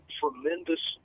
tremendous